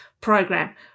program